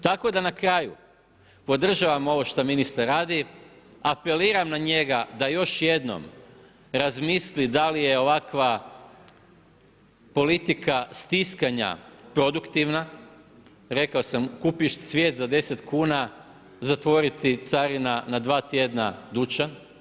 Tako da na kraju podržavam ovo što ministar radi, apeliram na njega još jednom razmisli da li je ovakva politika stiskanja produktivna, rekao sam, kupiš cvijet za 10 kuna, zatvori ti carina na dva tjedna dućan.